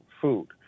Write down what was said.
food